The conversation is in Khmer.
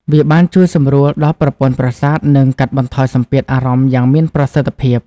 វាបានជួយសម្រួលដល់ប្រព័ន្ធប្រសាទ និងកាត់បន្ថយសម្ពាធអារម្មណ៍យ៉ាងមានប្រសិទ្ធភាព។